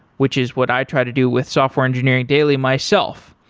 which is what i try to do with software engineering daily myself.